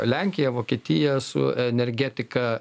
lenkija vokietija su energetika